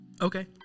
Okay